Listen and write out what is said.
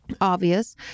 obvious